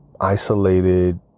isolated